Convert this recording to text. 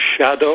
shadow